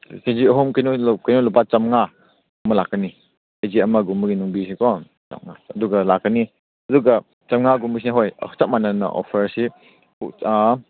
ꯑꯗꯨ ꯀꯦꯖꯤ ꯑꯍꯨꯝ ꯀꯩꯅꯣ ꯂꯨꯄꯥ ꯆꯥꯝꯃꯉꯥꯒꯨꯝꯕ ꯂꯥꯛꯀꯅꯤ ꯀꯦꯖꯤ ꯑꯃꯒꯨꯝꯕꯒꯤ ꯅꯨꯡꯕꯤꯁꯦꯀꯣ ꯆꯥꯝꯃꯉꯥ ꯑꯗꯨꯒ ꯂꯥꯛꯀꯅꯤ ꯑꯗꯨꯒ ꯆꯥꯝꯃꯉꯥꯒꯨꯝꯕꯁꯦ ꯍꯣꯏ ꯆꯞ ꯃꯥꯟꯅꯅ ꯑꯣꯐꯔꯁꯤ